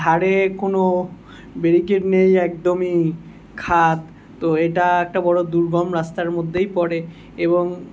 ধারে কোনো বেরিকেড নেই একদমই খাদ তো এটা একটা বড় দুর্গম রাস্তার মধ্যেই পড়ে এবং